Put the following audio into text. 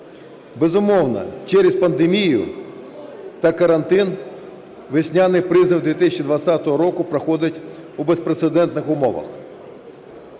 Безумовно, через пандемію та карантин весняний призов 2020 року проходить у безпрецедентних умовах.